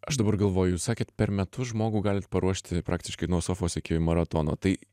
aš dabar galvoju jūs sakėt per metus žmogų galit paruošti praktiškai nuo sofos iki maratono tai